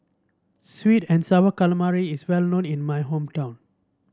sweet and sour calamari is well known in my hometown